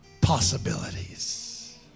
possibilities